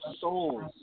souls